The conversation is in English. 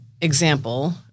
example